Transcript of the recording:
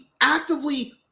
actively